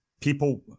People